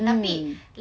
mm